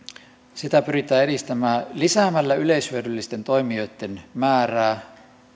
pyritään edistämään lisäämällä yleishyödyllisten toimijoitten määrää